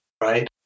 right